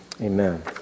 Amen